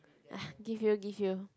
give you give you